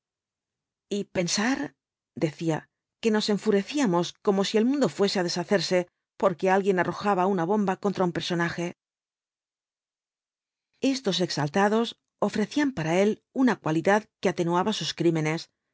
y pensar decía que nos enfurecíamos como si el mundo faese á deshacerse porque alguien arrojaba una bomba contra un personaje estos exaltados ofrecían para él una cualidad que atenuaba sus crímenes